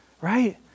right